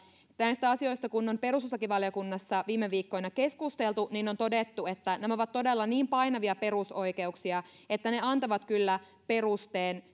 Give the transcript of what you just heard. näistä asioista kun on perustuslakivaliokunnassa viime viikkoina keskusteltu niin on todettu että nämä ovat todella niin painavia perusoikeuksia että ne antavat kyllä perusteen